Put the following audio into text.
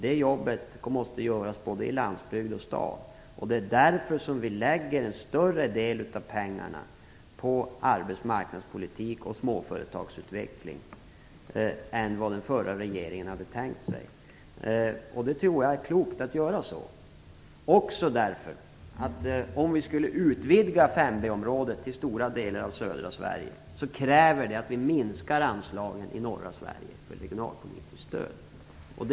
Det jobbet måste göras både i landsbygd och stad. Det är därför vi lägger en större del av pengarna på arbetsmarknadspolitik och småföretagsutveckling än vad den förra regeringen hade tänkt sig. Jag tror att det är klokt att göra så. Om vi skulle utvidga 5b-området till stora delar av södra Sverige kräver det att vi minskar anslagen för regionalpolitiskt stöd i norra Sverige.